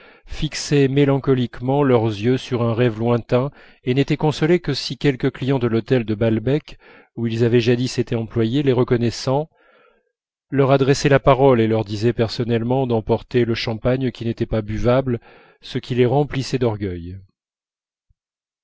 fixaient mélancoliquement leurs yeux sur un rêve lointain et n'étaient consolés que si quelque client de l'hôtel de balbec où ils avaient jadis été employés les reconnaissant leur adressait la parole et leur disait personnellement d'emporter le champagne qui n'était pas buvable ce qui les remplissait d'orgueil